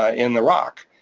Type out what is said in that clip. ah in the rock.